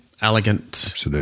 Elegant